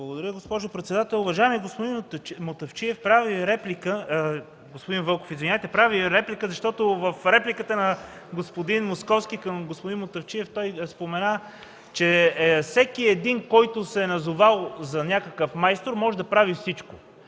Благодаря, госпожо председател. Уважаеми господин Вълков, правя Ви реплика, защото в репликата на господин Московски към господин Мутафчиев той спомена, че всеки един, който се е назовал за някакъв майстор, може да прави всичко.